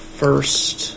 first